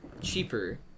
cheaper